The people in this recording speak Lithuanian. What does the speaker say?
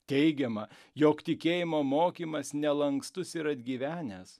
teigiama jog tikėjimo mokymas nelankstus ir atgyvenęs